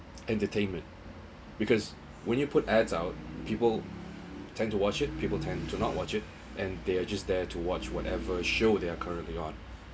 entertainment because when you put ads out people tend to watch it people tend to not watch it and they are just there to watch whatever show they are currently on